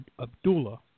Abdullah